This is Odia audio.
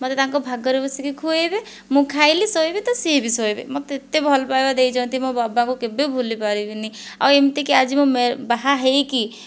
ମୋତେ ତାଙ୍କ ଭାଗରୁ ବସିକି ଖୁଆଇବେ ମୁଁ ଖାଇଲି ଶୋଇବି ତ ସିଏ ବି ଶୋଇବେ ମୋତେ ଏତେ ଭଲପାଇବା ଦେଇଛନ୍ତି ମୋ' ବାବାଙ୍କୁ କେବେ ଭୁଲି ପାରିବି ନାହିଁ ଆଉ ଏମିତି କି ଆଜି ମୁଁ ବାହା ହୋଇକି